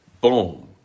Boom